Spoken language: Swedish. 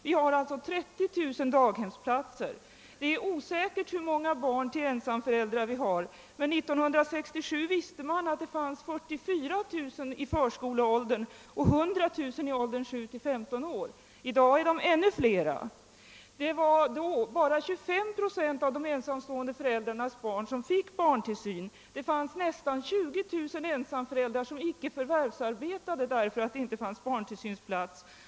Vi har omkring 30 000 daghemsplatser. Det är osäkert hur många barn till ensamföräldrar vi har. Men 1960 fanns det 44 000 sådana barn i förskoleåldern och 100000 i åldern 7—15 år. I dag finns det ännu fler barn av denna kategori. År 1967 fick endast 25 procent av de förvärvsarbetande ensamföräldrarnas barn tillsyn. Det fanns nästan 20 000 ensamföräldrar som icke förvärvsarbetade därför att det inte fanns barntillsynsplatser.